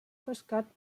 pescat